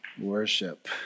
Worship